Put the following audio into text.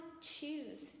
choose